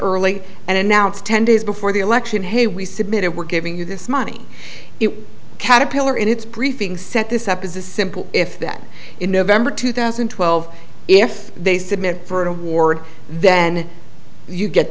early and announced ten days before the election hey we submit it we're giving you this money it caterpillar in its briefing set this up as a simple if that in november two thousand and twelve if they submit for an award then you get